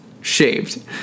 shaved